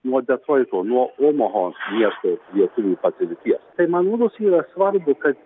nuo detroito nuo omoho miesto lietuvių patirties tai man rodos yra svarbu kad